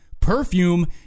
Perfume